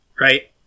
Right